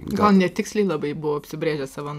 gal netiksliai labai buvau apsibrėžęs savo